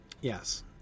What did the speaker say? yes